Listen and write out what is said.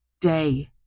day